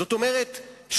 זאת אומרת,